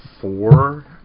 four